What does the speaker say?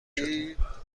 شدیم